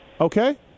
okay